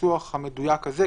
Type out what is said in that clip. הניסוח המדויק הזה,